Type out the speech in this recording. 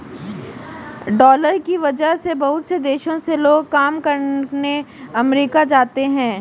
dollar की वजह से बहुत से देशों से लोग काम करने अमरीका जाते हैं